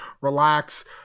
relax